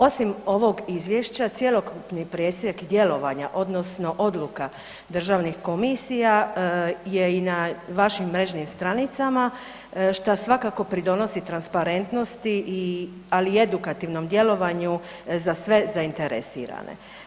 Osim ovo izvješća cjelokupni presjek djelovanja odnosno odluka državnih komisija je i na vašim mrežnim stranicama šta svakako pridonosi transparentnosti ali i edukativnom djelovanju za sve zainteresirane.